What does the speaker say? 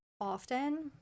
often